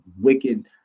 wicked